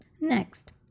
Next